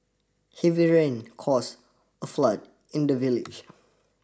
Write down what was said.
heavy rains caused a flood in the village